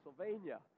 Pennsylvania